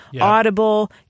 Audible